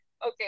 Okay